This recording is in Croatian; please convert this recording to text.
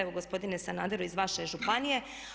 Evo gospodine Sanaderu iz vaše je županije.